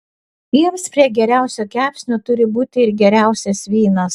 jiems prie geriausio kepsnio turi būti ir geriausias vynas